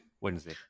Wednesday